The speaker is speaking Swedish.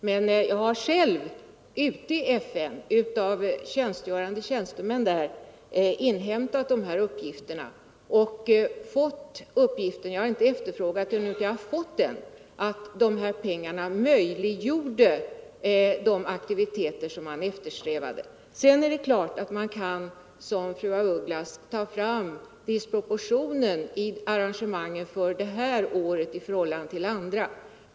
Men jag har själv av berörda tjänstemän i FN fått uppgiften — jag har inte efterfrågat den — att dessa pengar möjliggjorde de aktiviteter som man eftersträvade. Sedan är det klart att man kan, som fru af Ugglas gjorde, ta fram disproportionen mellan arrangemangen för kvinnoåret och för andra år.